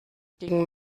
gegen